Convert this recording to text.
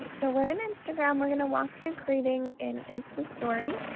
so we're in instagram, we're gonna walk through creating an instastory.